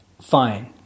fine